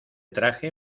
traje